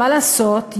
מה לעשות,